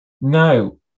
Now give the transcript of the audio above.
No